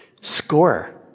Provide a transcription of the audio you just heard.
Score